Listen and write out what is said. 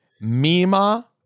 Mima